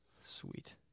Sweet